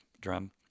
drum